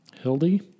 Hildy